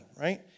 right